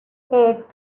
eight